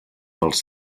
dels